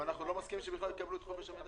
אבל אנחנו לא מסכימים בכלל שיקבלו את חופש המידע.